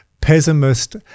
pessimist